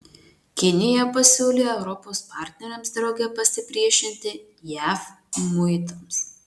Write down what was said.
kinija pasiūlė europos partneriams drauge pasipriešinti jav muitams